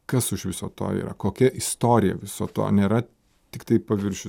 kas už viso to yra kokia istorija viso to nėra tiktai paviršius